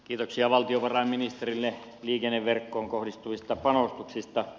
kiitoksia valtiovarainministerille liikenneverkkoon kohdistuvista panostuksista